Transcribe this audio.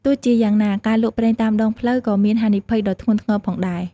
ទោះជាយ៉ាងណា ការលក់ប្រេងតាមដងផ្លូវក៏មានហានិភ័យដ៏ធ្ងន់ធ្ងរផងដែរ។